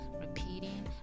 repeating